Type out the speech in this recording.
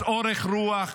אז, אורך רוח,